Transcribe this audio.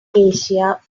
asia